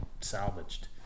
salvaged